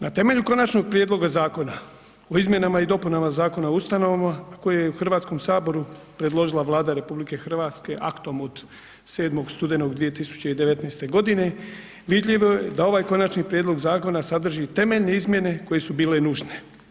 Na temelju Konačnog prijedloga zakona o izmjenama i dopunama Zakona o ustanovama, a koji je u HS predložila Vlada RH aktom od 7. studenog 2019.g. vidljivo je da ovaj konačni prijedlog zakona sadrži temeljne izmjene koje su bile nužne.